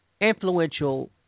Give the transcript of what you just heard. influential